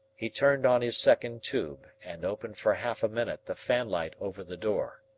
he turned on his second tube and opened for half a minute the fanlight over the door.